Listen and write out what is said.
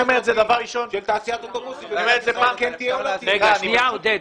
סליחה עודד.